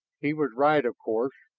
he was right, of course.